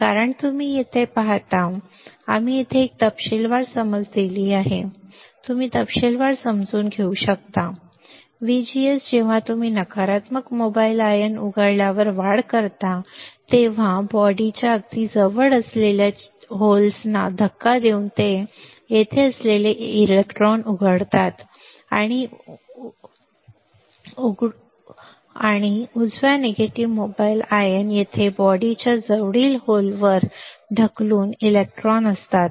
कारण तुम्ही येथे पाहता आम्ही येथे एक तपशीलवार समज दिली आहे तुम्ही तपशीलवार समजून घेऊ शकता VGS जेव्हा तुम्ही नकारात्मक मोबाईल आयन उघडण्यावर वाढ करता तेव्हा शरीराच्या अगदी जवळ असलेल्या छिद्रांना धक्का देऊन येथे असलेले इलेक्ट्रॉन उघडतात आम्ही घडू उजव्या निगेटिव्ह मोबाईल आयन येथे बाडि च्या जवळील छिद्रे ढकलून इलेक्ट्रॉन असतात